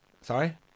Sorry